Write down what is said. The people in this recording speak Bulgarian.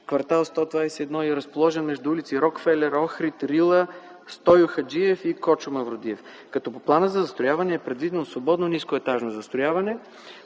кв. 121 и е разположен между улиците „Рокфелер”, „Охрид”, „Рила”, „Стойо Хаджиев” и „Кочо Мавродиев”, като по Плана за застрояване е предвидено свободно нискоетажно застрояване.